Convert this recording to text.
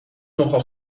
nogal